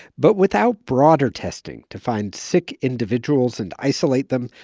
but without broader testing to find sick individuals and isolate them,